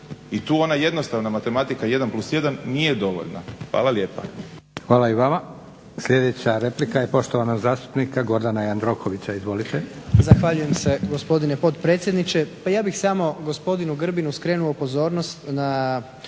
I tu ona jednostavna matematika jedan plus jedan nije dovoljna. Hvala lijepa.